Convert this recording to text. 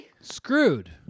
Screwed